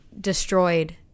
destroyed